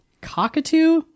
cockatoo